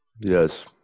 Yes